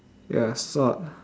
ya salt